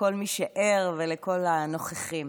לכל מי שער ולכל הנוכחים.